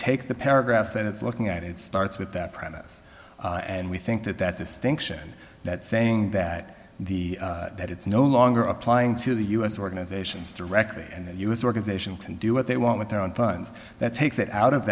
take the paragraphs that it's looking at it starts with that premise and we think that that distinction that saying that the that it's no longer applying to the u s organizations directly and the u s organization can do what they want with their own funds that takes it out of